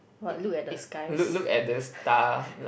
what look at the skies